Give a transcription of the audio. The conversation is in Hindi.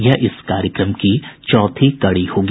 यह इस कार्यक्रम की चौथी कड़ी होगी